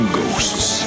ghosts